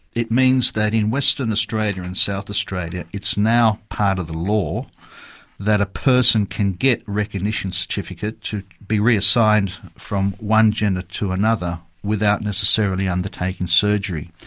it means that in western australia and south australia it's now part of the law that a person can get a recognition certificate, to be reassigned from one gender to another, without necessarily undertaking surgery.